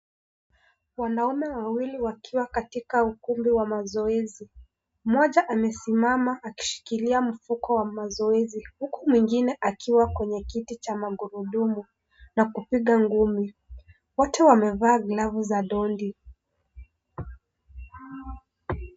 Wanaume wawili wakiwa katika ukumbi wa mazoezi. Mmoja amesimama akishikilia mfuko wa mazoezi, huku mwingine akiwa kwenye kiti cha magurudumu na kupiga ngumi. Wote wamevaa glavu za dondi.